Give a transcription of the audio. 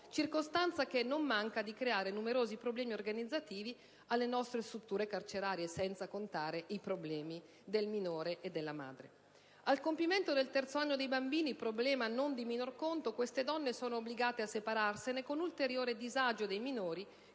circostanza che non manca di creare numerosi problemi organizzativi alle nostre strutture carcerarie, senza contare i problemi del minore e della madre. Al compimento del terzo anno dei bambini - problema non di minore conto - queste donne sono obbligate a separarsene, con ulteriore disagio dei minori,